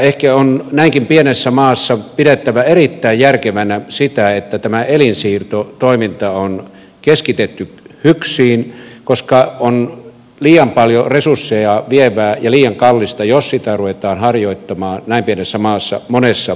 ehkä on näinkin pienessä maassa pidettävä erittäin järkevänä sitä että elinsiirtotoiminta on keskitetty hyksiin koska on liian paljon resursseja vievää ja liian kallista jos sitä ruvetaan harjoittamaan näin pienessä maassa monessa eri paikassa